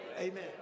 Amen